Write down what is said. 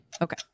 Okay